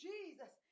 Jesus